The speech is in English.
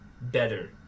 better